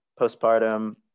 postpartum